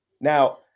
Now